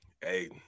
Hey